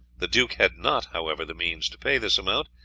the duke had not, however, the means to pay this amount,